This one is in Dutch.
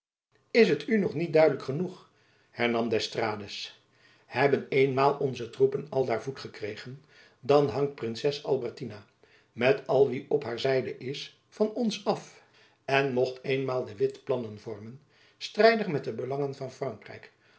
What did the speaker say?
is het u nog niet duidelijk genoeg hernam d'estrades hebben eenmaal onze troepen aldaar voet gekregen dan hangt princes albertina met al wie op haar zijde is van ons af en mocht eenmaal de witt plannen vormen strijdig met de belangen van frankrijk